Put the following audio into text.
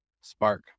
spark